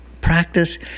Practice